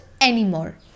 anymore